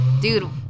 dude